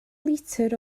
litr